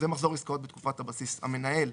"המנהל"